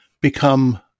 become